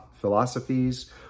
philosophies